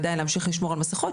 עדיין להמשיך לשמור על מסכות.